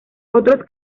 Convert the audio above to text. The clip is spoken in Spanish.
otros